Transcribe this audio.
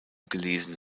gelesen